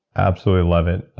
absolutely love it.